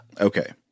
okay